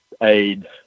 aid